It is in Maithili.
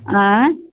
अँइ